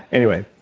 anyway,